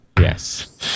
yes